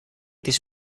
this